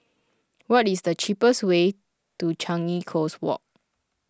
what is the cheapest way to Changi Coast Walk